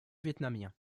vietnamiens